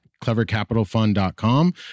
clevercapitalfund.com